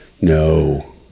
no